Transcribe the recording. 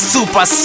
Super